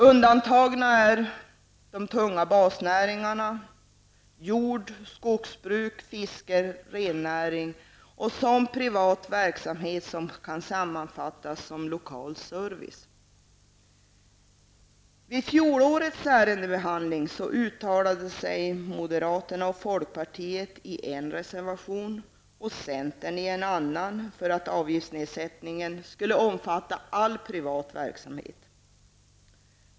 Undantagna är de tunga basnäringarna samt jord och skogsbruk, fiske, rennäring och sådan privat verksamhet som kan sammanfattas som lokal service. Vid fjolårets ärendebehandling uttalade sig moderaterna och folkpartiet i en reservation och centern i en annan för att avgiftsnedsättningen skulle omfatta all privat verksamhet.